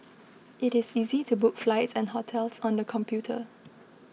it is easy to book flights and hotels on the computer